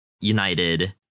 United